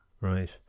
Right